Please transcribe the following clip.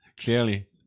clearly